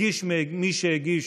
הגיש מי שהגיש